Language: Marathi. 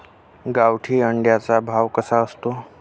गावठी अंड्याचा भाव कसा असतो?